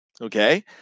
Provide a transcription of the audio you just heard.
Okay